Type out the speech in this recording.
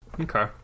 Okay